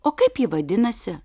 o kaip ji vadinasi